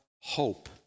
hope